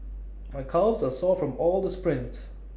my calves are sore from all the sprints